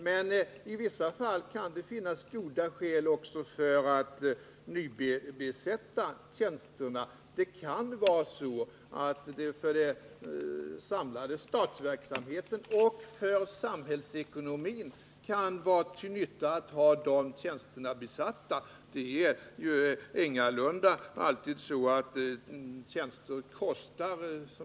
Men i vissa fall kan det också finnas geda skäl för att nybesätta tjänsterna, eftersom det för den samlade statsverksamheten och för samhällsekonomin kan vara till nytta att ha tjänsterna i fråga besatta. Det är ju ingalunda alltid så, att tjänster kostar.